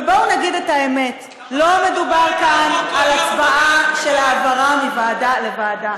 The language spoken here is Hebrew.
ובואו נגיד את האמת: לא מדובר כאן על הצבעה של העברה מוועדה לוועדה.